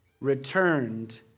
returned